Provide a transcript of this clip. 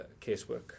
casework